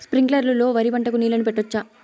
స్ప్రింక్లర్లు లో వరి పంటకు నీళ్ళని పెట్టొచ్చా?